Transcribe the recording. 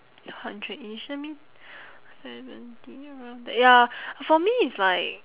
two hundredish that mean seventy around there ya for me it's like